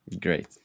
Great